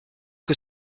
que